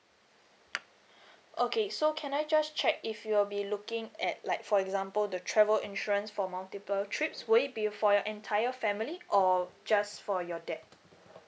okay so can I just check if you'll be looking at like for example the travel insurance for multiple trips will it be for your entire family or just for your dad